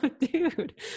dude